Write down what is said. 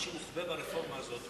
מה שמוחבא ברפורמה הזאת,